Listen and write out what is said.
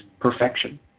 perfection